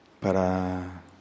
Para